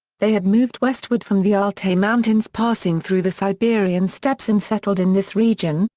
they had moved westward from the altay mountains passing through the siberian steppes and settled in this region,